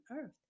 earth